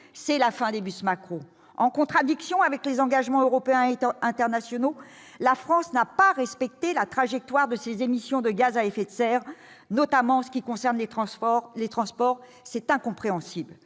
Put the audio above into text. c'est la fin des cars Macron. En contradiction avec ses engagements européens et internationaux, la France n'a pas respecté la trajectoire fixée pour ses émissions de gaz à effet de serre, notamment pour ce qui concerne les transports. C'est incompréhensible.